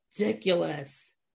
ridiculous